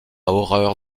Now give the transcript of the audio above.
horreur